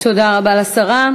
תודה רבה לשרה.